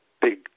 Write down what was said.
big